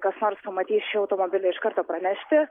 kas nors pamatys šį automobilį iš karto pranešti